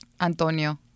Antonio